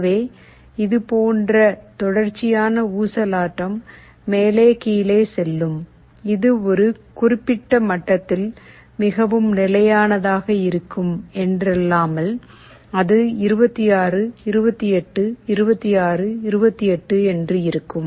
எனவே இது போன்ற தொடர்ச்சியான ஊசலாட்டம் மேலே கீழே செல்லும் இது ஒரு குறிப்பிட்ட மட்டத்தில் மிகவும் நிலையானதாக இருக்கும் என்றல்லாமல் அது 26 28 26 28 என்று இருக்கும்